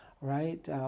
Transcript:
right